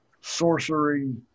sorcery